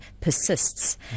persists